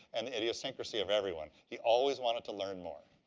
and the idiosyncrasy of everyone. he always wanted to learn more.